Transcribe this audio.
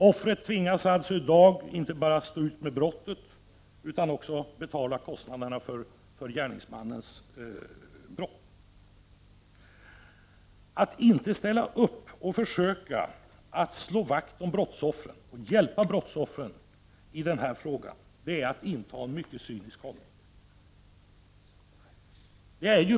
Offret tvingas alltså i dag inte bara stå ut med brottet utan också att bestrida de kostnader som följer av det brott som gärningsmannen har begått. Att inte ställa upp och försöka slå vakt om brottsoffren och hjälpa dessa i denna fråga är att visa en mycket cynisk hållning.